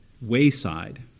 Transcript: wayside